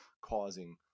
causing